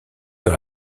dans